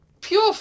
pure